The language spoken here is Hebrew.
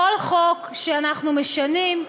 כל חוק שאנחנו משנים,